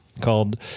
called